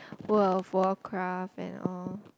World-of-Warcraft and all